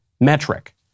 metric